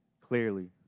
clearly